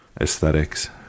aesthetics